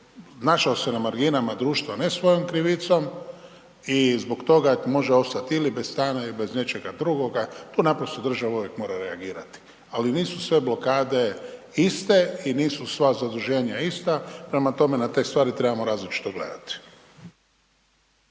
našao se na marginama društva ne svojom krivicom i zbog toga može ostati ili bez stana ili bez nečega drugoga, tu naprosto država uvijek mora reagirati, ali nisu sve blokade iste i nisu sva zaduženja ista, prema tome na te stvari trebamo različito gledati.